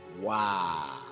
Wow